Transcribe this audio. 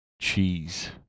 cheese